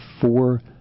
four